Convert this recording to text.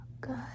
Good